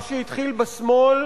מה שהתחיל בשמאל